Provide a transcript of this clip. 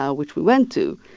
ah which we went to.